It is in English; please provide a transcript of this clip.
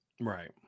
Right